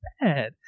bad